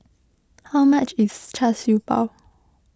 how much is Char Siew Bao